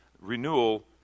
renewal